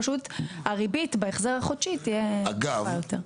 פשוט הריבית בהחזר החודשי תהיה נמוכה יותר.